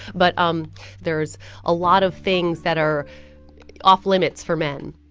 but um there's a lot of things that are off limits for men